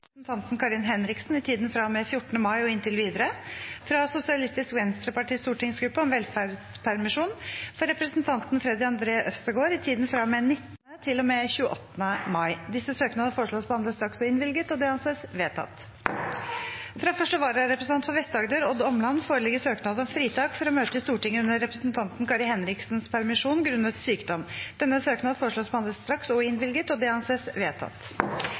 representanten Kari Henriksen i tiden fra og med 14. mai og inntil videre fra Sosialistisk Venstrepartis stortingsgruppe om velferdspermisjon for representanten Freddy André Øvstegård i tiden fra og med 19. mai til og med 28. mai Disse søknader foreslås behandlet straks og innvilget. – Det anses vedtatt. Fra første vararepresentant for Vest-Agder, Odd Omland , foreligger søknad om fritak fra å møte i Stortinget under representanten Kari Henriksens permisjon, grunnet sykdom. Etter forslag fra presidenten ble enstemmig besluttet: Søknaden behandles straks og